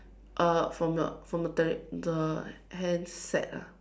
uh from the from the tele~ the handset ah